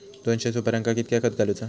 दोनशे सुपार्यांका कितक्या खत घालूचा?